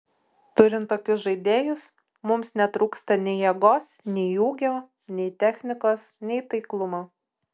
turint tokius žaidėjus mums netrūksta nei jėgos nei ūgio nei technikos nei taiklumo